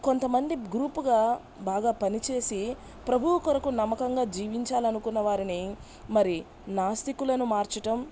కొంతమంది గ్రూపుగా బాగా పనిచేసి ప్రభువు కొరకు నమ్మకంగా జీవించాలనుకున్న వారిని మరి నాస్తికులను మార్చటం